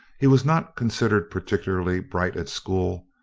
he was not considered particularly bright at school,